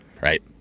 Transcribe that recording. right